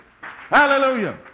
hallelujah